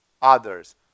others